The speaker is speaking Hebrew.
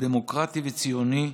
דמוקרטי וציוני,